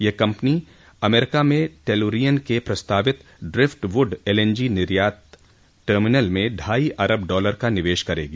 ये company America में Tellurian के प्रस्तावित ड्रिफ्टवुड एलएनजी निर्यात टर्भिनल में ढाई अरब डॉलर का निर्वेश करेगी